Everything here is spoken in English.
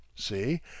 see